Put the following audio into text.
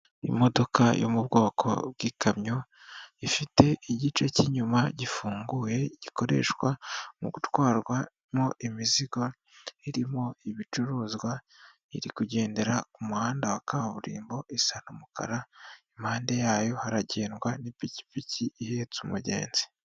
Imodoka yo mu bwoko bw'ikamyo, ifite igice cy'inyuma gifunguye gikoreshwa mu gutwarwamo imizigo irimo ibicuruzwa, iri kugendera ku muhanda wa kaburimbo isa n'umukara, impande yayo hagendwa n'ipikipiki ihetse umugenzi.